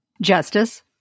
justice